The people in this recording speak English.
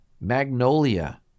magnolia